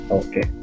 okay